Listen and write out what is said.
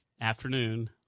afternoon